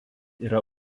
yra